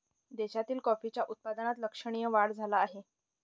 देशातील कॉफीच्या उत्पादनात लक्षणीय वाढ झाला आहे